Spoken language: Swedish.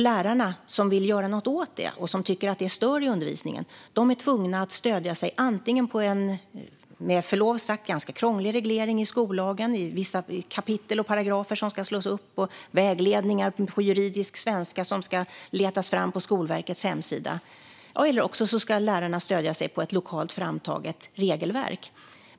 Lärarna som vill göra något åt det och tycker att det stör i undervisningen är då tvungna att stödja sig antingen på en med förlov sagt ganska krånglig reglering i skollagen - det är vissa kapitel och paragrafer som ska slås upp och vägledningar på juridisk svenska som ska letas fram på Skolverkets hemsida - eller på ett lokalt framtaget regelverk.